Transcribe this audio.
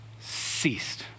ceased